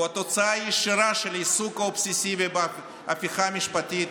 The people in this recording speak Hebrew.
הוא תוצאה ישירה של העיסוק האובססיבי בהפיכה המשפטית,